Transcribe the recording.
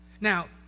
Now